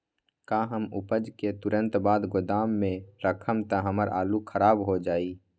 का हम उपज के तुरंत बाद गोदाम में रखम त हमार आलू खराब हो जाइ?